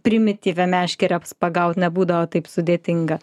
primityvia meškere pagaut nebūdavo taip sudėtinga